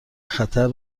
خطر